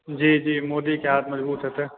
जी जी जी मोदीके हाथ मज़बूत हेतै